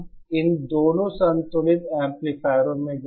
अब इन दोनों संतुलित एम्पलीफायरों में